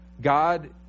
God